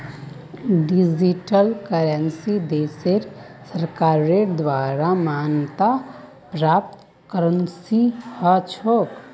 digital currency देशेर सरकारेर द्वारे मान्यता प्राप्त करेंसी ह छेक